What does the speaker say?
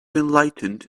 enlightened